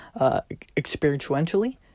Experientially